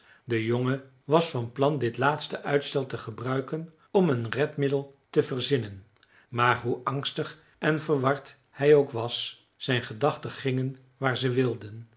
de jongen was van plan dit laatste uitstel te gebruiken om een redmiddel te verzinnen maar hoe angstig en verward hij ook was zijn gedachten gingen waar ze wilden